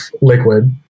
liquid